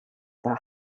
the